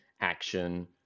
action